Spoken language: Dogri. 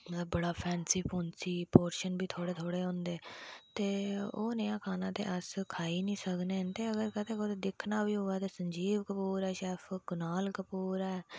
बड़ा फैंसी पोरशन बी थोह्डे़ थोह्डे़ होंदे तो ओह् नया खाना ते अस खाई नेईं सकदे ते इंदे अगर कदें कुतै दिक्खना बी होऐ ते संजीब कपूर ऐ शैफ कुनाल कपूर ऐ शैफ